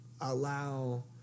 allow